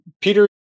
Peter